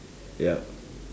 yup